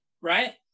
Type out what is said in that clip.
right